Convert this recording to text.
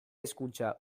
hezkuntza